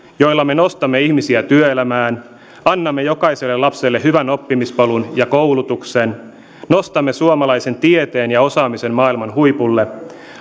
joilla me nostamme ihmisiä työelämään annamme jokaiselle lapselle hyvän oppimispolun ja koulutuksen nostamme suomalaisen tieteen ja osaamisen maailman huipulle